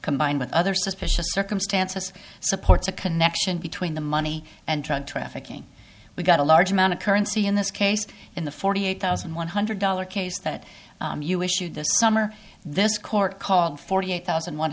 combined with other suspicious circumstances supports a connection between the money and drug trafficking we've got a large amount of currency in this case in the forty eight thousand one hundred dollar case that you issued this summer this court called forty eight thousand one